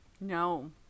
No